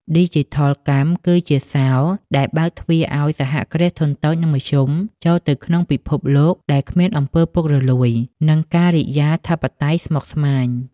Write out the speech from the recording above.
ឌីជីថលកម្មគឺជា "សោរ" ដែលបើកទ្វារឱ្យ សហគ្រាសធុនតូច និងមធ្យម ចូលទៅក្នុងពិភពលោកដែលគ្មាន អំពើពុករលួយ និងការិយាធិបតេយ្យស្មុគស្មាញ។